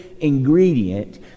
ingredient